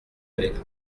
avec